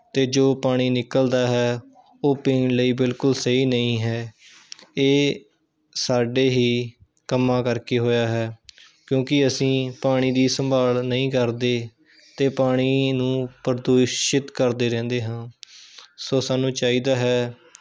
ਅਤੇ ਜੋ ਪਾਣੀ ਨਿਕਲਦਾ ਹੈ ਓਹ ਪੀਣ ਲਈ ਬਿਲਕੁਲ ਸਹੀ ਨਹੀਂ ਹੈ ਇਹ ਸਾਡੇ ਹੀ ਕੰਮਾਂ ਕਰਕੇ ਹੋਇਆ ਹੈ ਕਿਉਂਕਿ ਅਸੀਂ ਪਾਣੀ ਦੀ ਸੰਭਾਲ ਨਹੀਂ ਕਰਦੇ ਅਤੇ ਪਾਣੀ ਨੂੰ ਪ੍ਰਦੂਸ਼ਿਤ ਕਰਦੇ ਰਹਿੰਦੇ ਹਾਂ ਸੋ ਸਾਨੂੰ ਚਾਹੀਦਾ ਹੈ